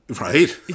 Right